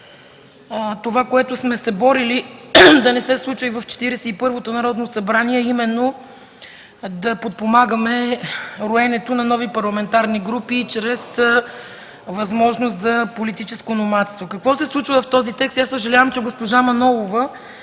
това, което сме се борили да не се случва и в Четиридесет и първото Народно събрание, а именно да подпомагаме роенето на нови парламентарни групи чрез възможности за политическо номадство. Какво се случва в този текст? Съжалявам, че госпожа Манолова